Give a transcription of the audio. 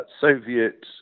Soviet